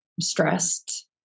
stressed